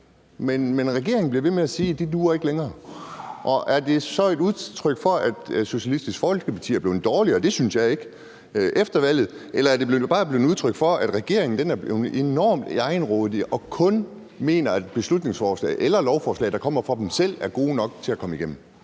regeringen ved med at sige ikke duer længere. Er det så et udtryk for, at Socialistisk Folkeparti er blevet dårligere efter valget? Det synes jeg ikke. Eller er det bare et udtryk for, at regeringen er blevet enormt egenrådig og kun mener, at beslutningsforslag eller lovforslag, der kommer fra dem selv, er gode nok til at komme igennem?